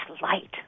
light